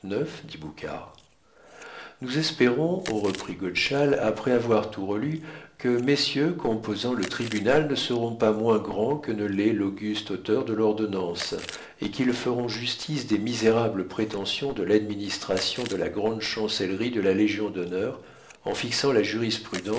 nous espérons reprit godeschal après avoir tout relu que messieurs composant le tribunal ne seront pas moins grands que ne l'est l'auguste auteur de l'ordonnance et qu'ils feront justice des misérables prétentions de l'administration de la grande chancellerie de la légion-d'honneur en fixant la jurisprudence